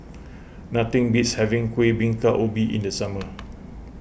nothing beats having Kuih Bingka Ubi in the summer